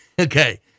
Okay